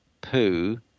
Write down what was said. poo